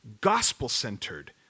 gospel-centered